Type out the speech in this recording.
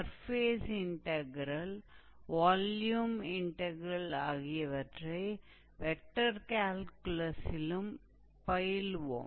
surface integral volume integral ஆகியவற்றை vector கேல்குலஸிலும் பயில்வோம்